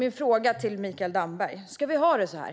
Min fråga till Mikael Damberg är: Ska vi ha det så här?